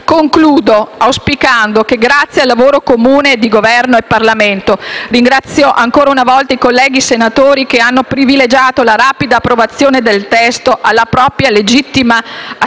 Concludo, auspicando che, grazie al lavoro comune di Governo e Parlamento, e ringrazio qui ancora una volta i colleghi senatori che hanno privilegiato la rapida approvazione alla propria legittima aspirazione